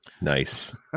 Nice